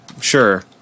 Sure